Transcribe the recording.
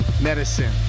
medicine